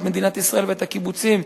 את מדינת ישראל ואת הקיבוצים,